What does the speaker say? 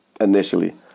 initially